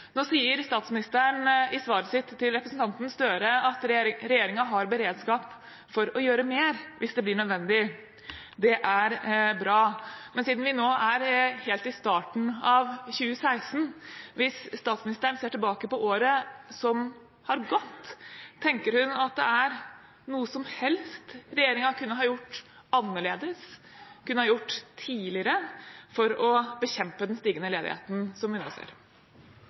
Nå sier statsministeren i svaret sitt til representanten Gahr Støre at regjeringen har beredskap for å gjøre mer hvis det blir nødvendig. Det er bra, men siden vi nå er helt i starten av 2016 – hvis statsministeren ser tilbake på året som er gått, tenker hun at det er noe som helst regjeringen kunne ha gjort annerledes, kunne ha gjort tidligere, for å bekjempe den stigende ledigheten som vi nå ser?